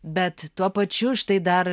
bet tuo pačiu štai dar